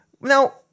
Now